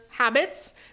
habits